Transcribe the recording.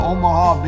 Omaha